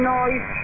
noise